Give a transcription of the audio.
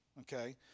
okay